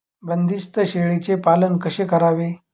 बंदिस्त शेळीचे पालन कसे करावे?